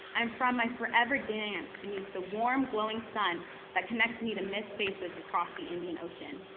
i'm from my forever dance beneath the warm, glowing sun that connects me to missed spaces across the indian ocean.